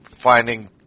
finding